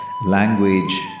language